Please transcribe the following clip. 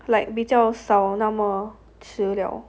like 比较少那么迟 liao